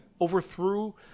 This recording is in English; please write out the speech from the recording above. overthrew